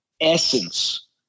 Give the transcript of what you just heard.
essence